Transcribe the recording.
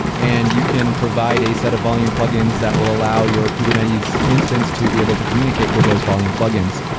and you can provide a set of volume plug-ins that will allow your kubernetes instance to be able to communicate with those volume plug-ins.